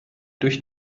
durch